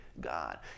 God